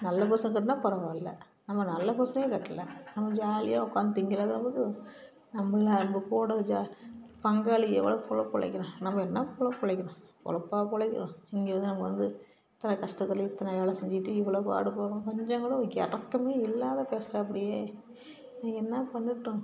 நல்ல புருஷன் கட்டினா பரவாயில்லை நம்ம நல்ல புருஷனே கட்டல நம்ம ஜாலியாக உக்கார்ந்து தின்கிறளவுக்கு நம்மளை நம்ம போடவைக்க பங்காளிகள் எவ்வளோ பொழப் பிழைக்கிறேன் நம்ம என்ன பொழைப்பு பொழைக்கிறோம் பொழைப்பா பொழைக்கிறோம் இங்கேருந்து நம்ம வந்து இத்தனை கஷ்டத்துலையும் இத்தனை வேலை செஞ்சுட்டு இவ்வளோ பாடுபட்றோம் கொஞ்சங்கூட ஒரு இரக்கமே இல்லாத பேசுறாப்பிடியே நான் என்ன பண்ணட்டும்